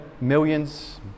Millions